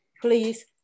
please